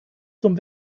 zum